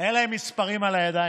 היו להם מספרים על הידיים.